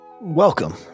Welcome